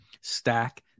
stack